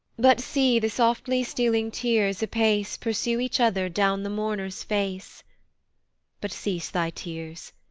but see the softly-stealing tears apace pursue each other down the mourner's face but cease thy tears,